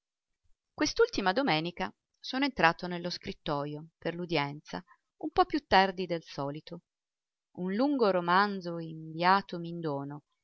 quest'ultima domenica sono entrato nello scrittojo per l'udienza un po più tardi del solito l'uomo solo luigi pirandello un lungo romanzo inviatomi in dono